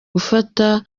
gufata